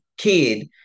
kid